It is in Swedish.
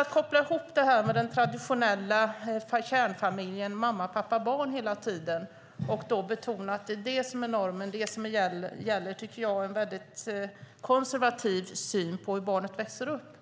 Att koppla ihop det här med den traditionella kärnfamiljen - mamma, pappa, barn - hela tiden och betona att det är det som är den gällande normen tycker jag är en väldigt konservativ syn på hur barnet växer upp.